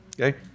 Okay